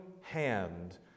hand